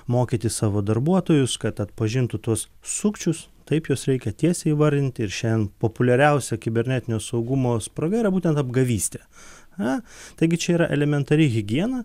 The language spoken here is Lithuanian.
mokyti savo darbuotojus kad atpažintų tuos sukčius taip juos reikia tiesiai įvardinti ir šiandien populiariausia kibernetinio saugumo spraga yra būtent apgavystė a taigi čia yra elementari higiena